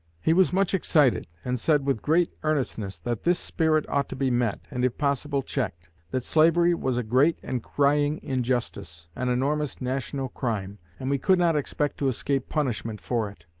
he was much excited, and said with great earnestness that this spirit ought to be met and if possible checked that slavery was a great and crying injustice, an enormous national crime, and we could not expect to escape punishment for it.